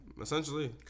Essentially